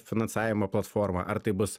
finansavimo platforma ar tai bus